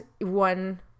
one